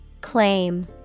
Claim